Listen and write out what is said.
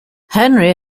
henry